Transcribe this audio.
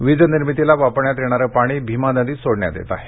वीजनिर्मितीला वापरण्यात येणारं पाणी भिमा नदीत सोडण्यात येत आहे